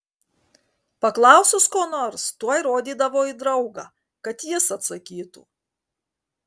paklausus ko nors tuoj rodydavo į draugą kad jis atsakytų